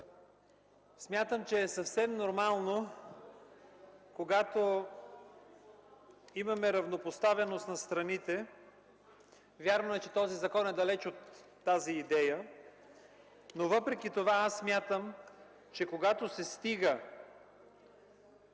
Смятам, че е съвсем нормално, когато имаме равнопоставеност на страните. Вярно е, че този закон е далече от тази идея, но въпреки това аз смятам, че когато се стига